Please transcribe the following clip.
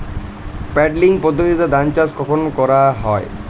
Puddling পদ্ধতিতে ধান চাষ কখন করা হয়?